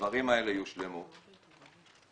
הדברים האלה יושלמו ומייד.